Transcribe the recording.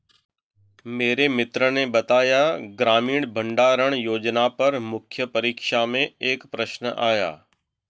मेरे मित्र ने बताया ग्रामीण भंडारण योजना पर मुख्य परीक्षा में एक प्रश्न आया